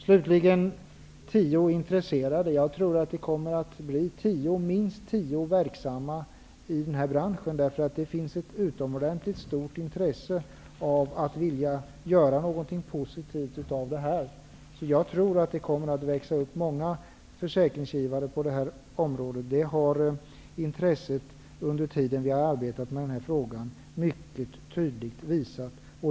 Slutligen tror jag att det kommer att bli minst tio verksamma i försäkringsbranschen. Det finns ett utomordentligt stort intresse för att göra någonting positivt av detta. Det kommer nog att växa upp många försäkringsgivare på det här området. Det har intresset under tiden som vi har arbetat med denna fråga mycket tydligt visat.